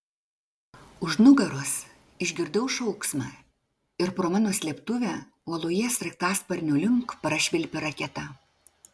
už nugaros išgirdau šauksmą ir pro mano slėptuvę uoloje sraigtasparnio link prašvilpė raketa